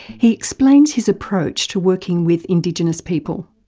he explains his approach to working with indigenous people.